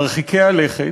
מרחיקי הלכת,